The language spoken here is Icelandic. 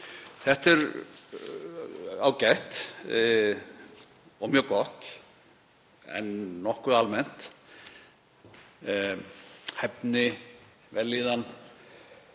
Þetta er ágætt og mjög gott en nokkuð almennt. Hæfni, vellíðan,